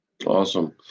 Awesome